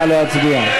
נא להצביע.